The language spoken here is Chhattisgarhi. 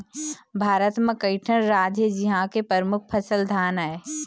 भारत म कइठन राज हे जिंहा के परमुख फसल धान आय